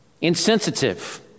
insensitive